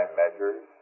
measures